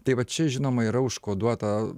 tai va čia žinoma yra užkoduota